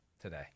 today